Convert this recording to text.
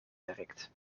werkt